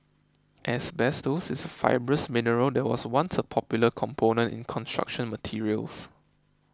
asbestos is a fibrous mineral that was once a popular component in construction materials